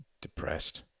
Depressed